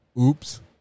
Oops